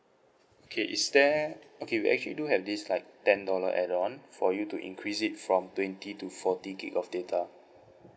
okay is there okay we actually do have this like ten dollar add-on for you to increase it from twenty to forty gig of data